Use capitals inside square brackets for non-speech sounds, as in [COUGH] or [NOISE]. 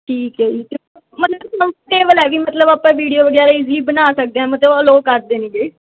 ਠੀਕ ਹੈ ਜੀ [UNINTELLIGIBLE] ਮਤਲਬ ਆਪਾਂ ਵੀਡੀਓ ਈਜ਼ੀਲੀ ਬਣਾ ਸਕਦੇ ਹਾਂ ਮਤਲਬ ਅਲਾਓ ਕਰ ਦੇਣਗੇ